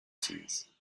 since